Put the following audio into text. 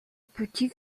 petit